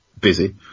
busy